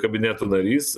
kabineto narys